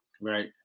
right